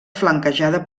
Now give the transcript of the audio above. flanquejada